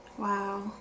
Wow